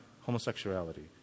homosexuality